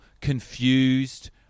confused